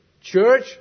church